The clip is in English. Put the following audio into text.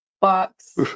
box